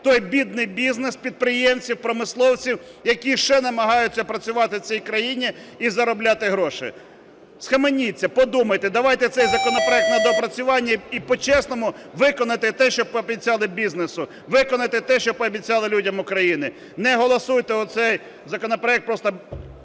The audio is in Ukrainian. той бідний бізнес, підприємців, промисловців, які ще намагаються працювати в цій країні і заробляти гроші. Схаменіться, подумайте. Давайте цей законопроект на доопрацювання, і по-чесному виконати те, що обіцяли бізнесу, виконати те, що пообіцяли людям України. Не голосуйте оцей законопроект просто